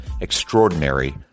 extraordinary